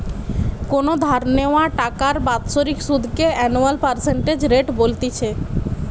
কোনো ধার নেওয়া টাকার বাৎসরিক সুধ কে অ্যানুয়াল পার্সেন্টেজ রেট বলতিছে